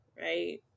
Right